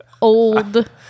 Old